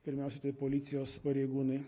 pirmiausiai tai policijos pareigūnai